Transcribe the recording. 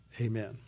Amen